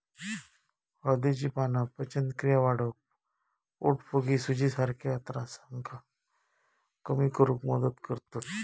हळदीची पाना पचनक्रिया वाढवक, पोटफुगी, सुजीसारख्या त्रासांका कमी करुक मदत करतत